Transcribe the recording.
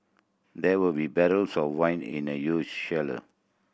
there will be barrels of wine in the huge cellar